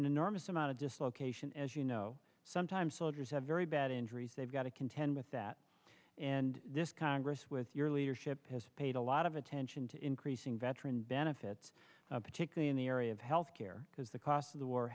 an enormous amount of dislocation as you know sometimes soldiers have very bad injuries they've got to contend with that and this congress with your leadership has paid a lot of attention to increasing veteran benefits particularly in the area of health care because the cost of the war